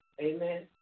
Amen